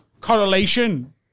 correlation